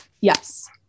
Yes